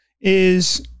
is-